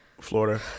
Florida